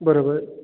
बरोबर